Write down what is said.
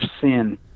sin